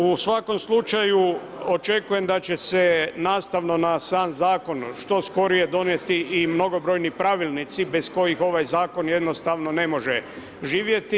U svakom slučaju, očekujem da će se nastavno na sam zakon, što skorije donijeti i mnogobrojni pravilnici, bez kojih ovaj zakon jednostavno ne može živjeti.